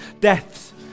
Deaths